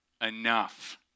enough